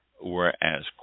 whereas